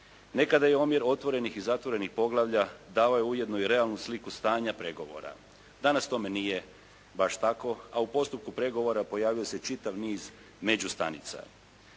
Nekada je omjer otvorenih i zatvorenih poglavlja davao ujedno i realnu sliku stanja pregovora. Danas tome baš i nije tako. A u postupku pregovora pojavio se čitav niz međustanica.